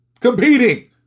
competing